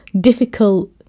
difficult